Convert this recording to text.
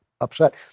upset